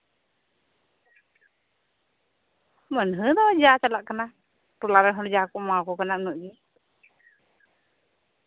ᱢᱟᱹᱱᱦᱟᱹ ᱫᱚ ᱡᱟ ᱪᱟᱞᱟᱜ ᱠᱟᱱᱟ ᱴᱚᱞᱟᱨᱮᱱ ᱦᱚᱲ ᱡᱟ ᱠᱚ ᱮᱢᱟᱣᱟᱠᱚ ᱠᱟᱱᱟ ᱩᱱᱟᱹᱜ ᱜᱮ